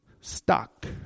stuck